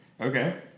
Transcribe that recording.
Okay